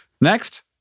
Next